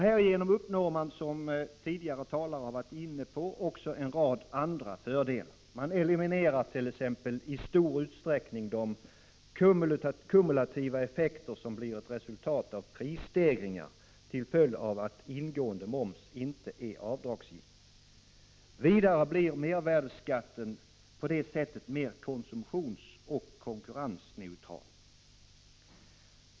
Härigenom uppnås, som tidigare talare har varit inne på, också en rad andra fördelar. Man eliminerar t.ex. i stor utsträckning de kumulativa effekter som blir ett resultat av prisstegringar till följd av att ingående moms inte är avdragsgill. Vidare blir mervärdeskatten på detta sätt mer konsumtionsoch konkurrensneutral.